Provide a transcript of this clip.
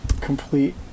complete